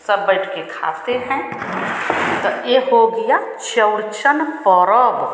सब बैठकर खाते हैं तो यह हो गया चौरचन परब